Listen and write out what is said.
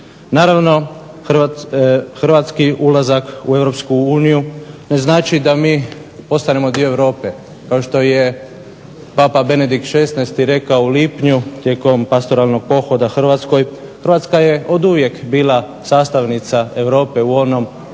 Naravno, Hrvatski ulazak u Europsku uniju ne znači da mi postajemo dio Europe kao što je Papa Benedikt XVI rekao u lipnju tijekom pastoralnog pohoda Hrvatskoj. Hrvatska je oduvijek bila sastavnica Europe u onom